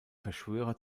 verschwörer